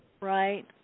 right